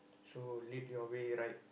so lead your way right